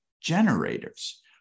generators